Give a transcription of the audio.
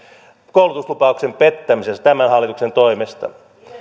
koulutuslupauksen pettämisessä tämän hallituksen toimesta